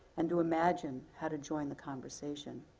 and to imagine how to join the conversation.